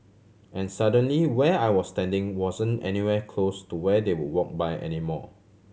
and suddenly where I was standing wasn't anywhere close to where they would walk by anymore